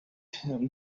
him